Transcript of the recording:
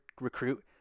recruit